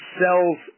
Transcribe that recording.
sells